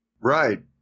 Right